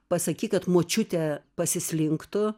pasakyk kad močiutė pasislinktų